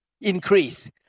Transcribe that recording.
increase